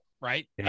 right